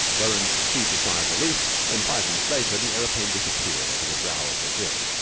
roland heaved a sigh of relief when, five minutes later, the aeroplane disappeared over the brow of the hill.